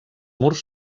murs